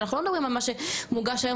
אנחנו לא מדברים על מה שמוגש היום,